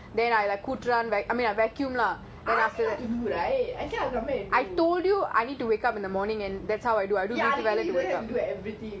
I ask you not to do right actually I அதுக்குன்னு:athukunu ya you don't have to do everything